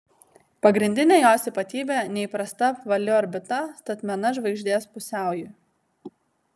pagrindinė jos ypatybė neįprasta apvali orbita statmena žvaigždės pusiaujui